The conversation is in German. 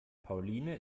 pauline